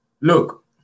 Look